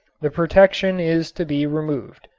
the protection is to be removed.